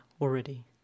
already